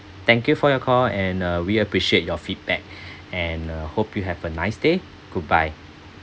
thank you for your call and uh we appreciate your feedback and uh hope you have a nice day goodbye